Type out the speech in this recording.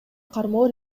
кармоо